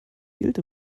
gilt